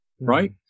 Right